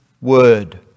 word